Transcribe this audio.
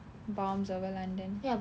bombs over london